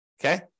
okay